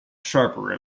sharper